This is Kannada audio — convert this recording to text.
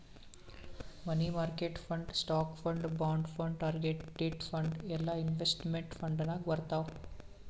money market fund, stock fund, bond fund, target date fund ಎಲ್ಲಾ ಇನ್ವೆಸ್ಟ್ಮೆಂಟ್ ಫಂಡ್ ನಾಗ್ ಬರ್ತಾವ್